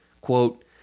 Quote